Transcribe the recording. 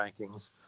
rankings